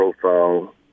profile